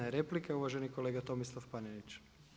Jedna replika, uvaženi kolega Tomislav Panenić.